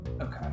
Okay